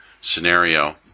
scenario